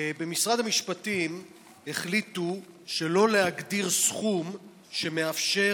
במשרד המשפטים החליטו שלא להגדיר סכום שמאפשר